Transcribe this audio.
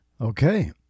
Okay